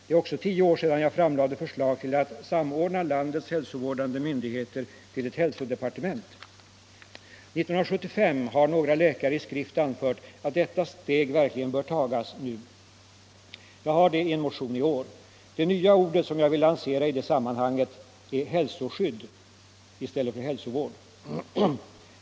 Det är också tio år sedan jag framlade förslag om att samordna landets hälsovårdande myndigheter till ett hälsodepartement. 1975 har några läkare i skrift anfört att detta steg verkligen bör tas nu. Jag har föreslagit det i en motion i år . Det nya ord som jag vill lansera i det sammanhanget är hälsoskydd i stället för hälsovård.